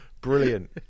brilliant